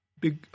big